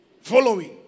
Following